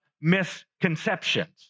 misconceptions